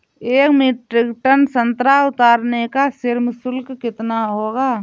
एक metric tonne संतरा उतारने का श्रम शुल्क कितना होगा?